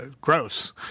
gross